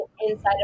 inside